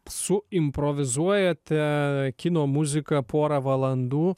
suimprovizuojate kino muziką porą valandų